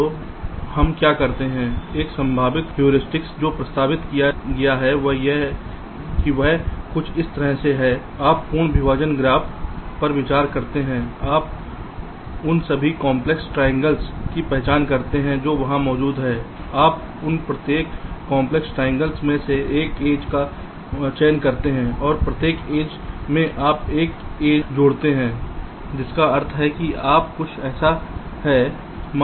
तो हम क्या करते हैं एक संभावित हेयुरिस्टिक जो प्रस्तावित किया गया है वह कुछ इस तरह है आप पूर्ण विभाजन ग्राफ complete partitioning graphपर विचार करते हैं आप उन सभी काम्प्लेक्स ट्राएंगल्स की पहचान करते हैं जो वहां मौजूद हैं आप उन प्रत्येक काम्प्लेक्स ट्राएंगल्स में से एक एज का चयन करते हैं और प्रत्येक एज में आप एक एड्जेस जोड़ते हैं जिसका अर्थ है कि यह कुछ ऐसा है